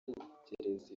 gutegereza